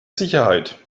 sicherheit